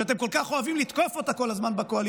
שאתם כל כך אוהבים לתקוף אותה כל הזמן בקואליציה,